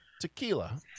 tequila